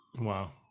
Wow